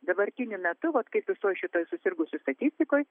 dabartiniu metu vat kaip visoj šitoj susirgusių statistikoj